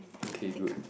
okay good